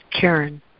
Karen